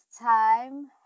time